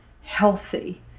healthy